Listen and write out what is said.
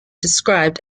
described